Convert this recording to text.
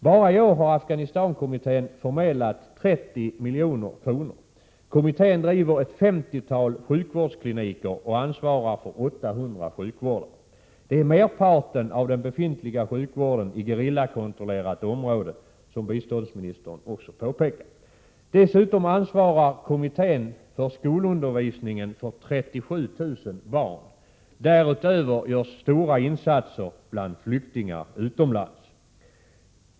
Bara i år har Afghanistankommittén förmedlat 30 milj.kr. Kommittén driver ett 50-tal sjukvårdskliniker och ansvarar för 800 sjukvårdare. Det är merparten av den befintliga sjukvården i gerillakontrollerat område, som biståndsministern också påpekar. Dessutom ansvarar kommittén för skolundervisningen för 37 000 barn. Därutöver görs stora insatser bland flyktingar utomlands.